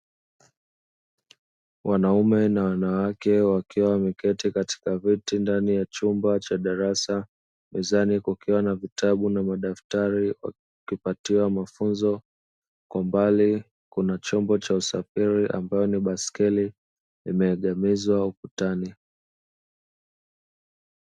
Wanaume na wanawake wakiwa wameketi katika viti ndani ya chumba cha darasa, mezani kukiwa na vitabu na madaftari wakipatiwa mafunzo. Kwa mbali kuna chombo cha usafiri ambao ni baiskeli imeegemezwa ukutani.